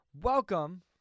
welcome